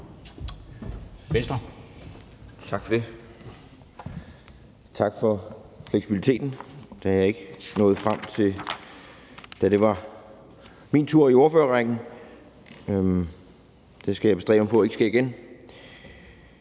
det, og tak for at være fleksible, da jeg ikke nåede frem, da det var min tur i ordførerrækken. Det skal jeg bestræbe mig på ikke sker igen.